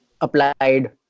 applied